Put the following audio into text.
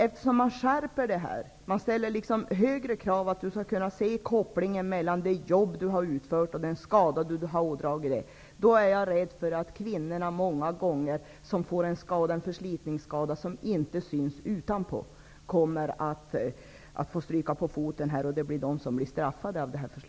Eftersom det föreslås en skärpning och att högre krav skall ställas på att det är möjligt att se en koppling mellan det jobb som har utförts och den skada som har uppkommit, är jag rädd för att de kvinnor som får en förslitningsskada som inte syns utanpå kroppen kommer att få stryka på foten och straffas.